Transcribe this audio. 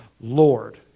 Lord